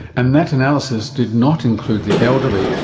and that analysis did not include the elderly,